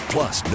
Plus